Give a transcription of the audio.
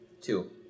Two